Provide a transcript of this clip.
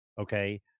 okay